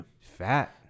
fat